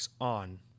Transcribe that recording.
on